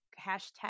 hashtag